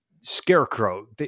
Scarecrow